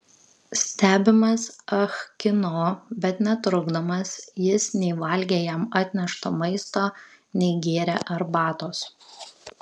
stebimas ah kino bet netrukdomas jis nei valgė jam atnešto maisto nei gėrė arbatos